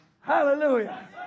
Hallelujah